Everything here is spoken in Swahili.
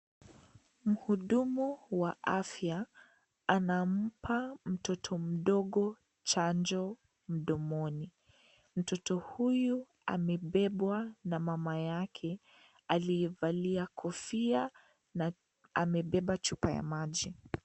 Mhudumu wa afya anampa mtoto mdogo chanjo mdomoni. Mtoto huyo amebebwa na mama yake, alivalia kofia na amebeba chupa ya maji.